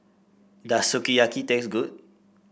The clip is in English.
does Sukiyaki taste good